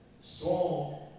Strong